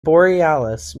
borealis